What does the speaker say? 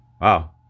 Wow